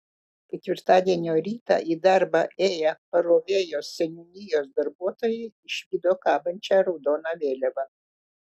ketvirtadienio rytą į darbą ėję parovėjos seniūnijos darbuotojai išvydo kabančią raudoną vėliavą